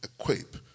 equip